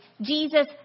Jesus